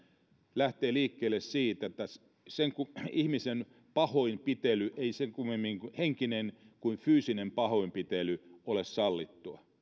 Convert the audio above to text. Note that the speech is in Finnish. lähtevät liikkeelle siitä että ihmisen pahoinpitely henkinen tai fyysinen pahoinpitely ei ole sallittua